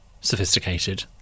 sophisticated